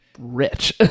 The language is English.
Rich